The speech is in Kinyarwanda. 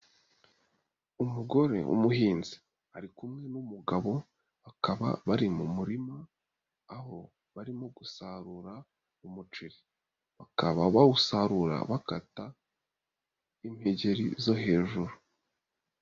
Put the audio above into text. Umugore w'umuhinzi ari kumwe n'umugabo, bakaba bari mu murima aho barimo gusarura umuceri, bakaba bawusarura bakata impegeri zo hejuru.